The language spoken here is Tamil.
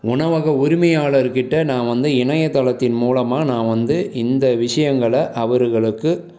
உணவக உரிமையாளர்கிட்ட நான் வந்து இணையத்தளத்தின் மூலமாக நான் வந்து இந்த விஷயங்கள அவர்களுக்கு